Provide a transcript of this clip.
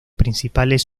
principales